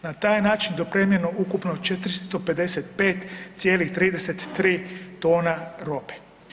Na taj je način dopremljeno ukupno 455,33 tona robe.